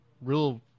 real